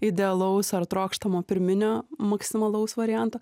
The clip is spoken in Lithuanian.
idealaus ar trokštamo pirminio maksimalaus varianto